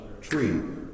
tree